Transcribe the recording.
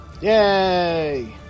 Yay